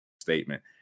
statement